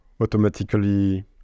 automatically